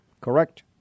Correct